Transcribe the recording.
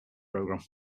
programme